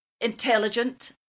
intelligent